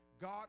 God